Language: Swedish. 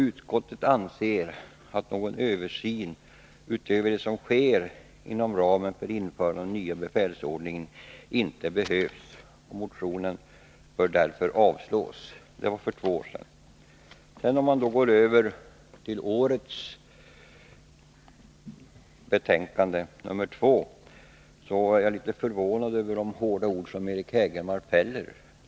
Utskottet anser att någon översyn utöver den som Nr 46 sker inom ramen för införandet av den nya befälsordningen inte behövs. Torsdagen den Motionen ——— bör därför avslås.” 9 december 1982 Det var alltså för två år sedan. Säskistes fäst När det gäller årets betänkande, nr 2, är jag litet förvånad över de hårda Ansökningsförfa ord som Eric Hägelmark fäller.